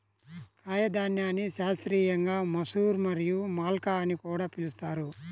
కాయధాన్యాన్ని శాస్త్రీయంగా మసూర్ మరియు మల్కా అని కూడా పిలుస్తారు